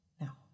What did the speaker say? now